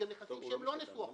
זה נכסים שהם לא נשוא החוק.